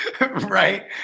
right